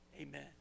amen